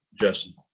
Justin